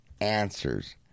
answers